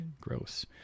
Gross